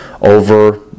over